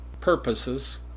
purposes